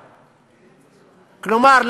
כלומר,